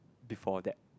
before that